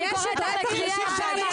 כי קשה לשמוע?